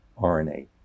RNA